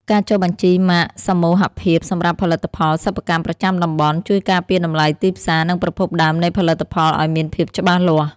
ការចុះបញ្ជីម៉ាកសមូហភាពសម្រាប់ផលិតផលសិប្បកម្មប្រចាំតំបន់ ជួយការពារតម្លៃទីផ្សារ និងប្រភពដើមនៃផលិតផលឱ្យមានភាពច្បាស់លាស់។